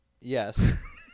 Yes